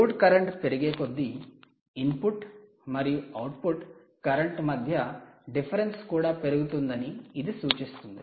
load current పెరిగేకొద్దీ input మరియు output current మధ్య డిఫరెన్స్ కూడా పెరుగుతుందని ఇది సూచిస్తుంది